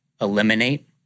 eliminate